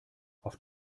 auf